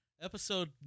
episode